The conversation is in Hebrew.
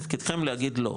תפקידכם להגיד לא,